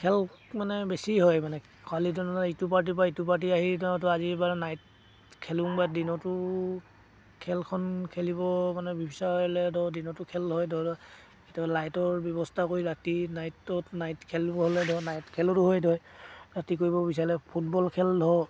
খেল মানে বেছি হয় মানে খৰালি দিনত ইটো পাৰ্টী বা ইটো পাৰ্টি আহিতো আজি এইবাৰ নাইট খেলোঁ বা দিনতো খেলখন খেলিব মানে বিচাৰিলে ধৰ দিনতো খেল হয় ধৰিলোৱা কেতিয়াবা লাইটৰ ব্যৱস্থা কৰি ৰাতি নাইটত নাইট খেলিবলৈ হ'লে ধৰ নাইট খেলো হয় ধৰ ৰাতি কৰিব বিচাৰিলে ফুটবল খেল ধৰ